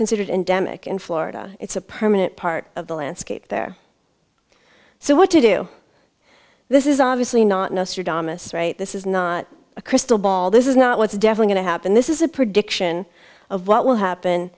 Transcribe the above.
considered endemic in florida it's a permanent part of the landscape there so what to do this is obviously not know this right this is not a crystal ball this is not what's devil going to happen this is a prediction of what will happen